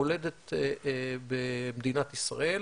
מולדת במדינת ישראל,